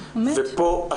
כאן